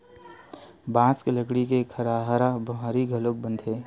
बांस के लकड़ी के खरहारा बाहरी घलोक बनथे